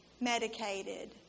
medicated